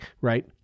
right